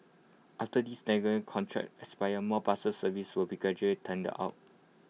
after these contracts expire more buses services will be gradually tendered out